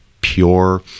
pure